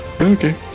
Okay